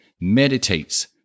meditates